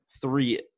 three